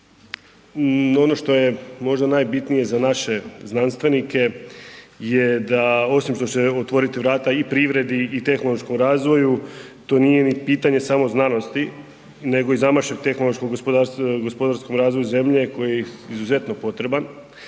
ono što je možda najbitnije za naše znanstvenike je da osim što će otvoriti vrata i privredi i tehnološkom razvoju, to nije ni pitanje samo znanosti nego i zamašak tehnološkom gospodarskom razvoju zemlje koji je izuzetno potreban,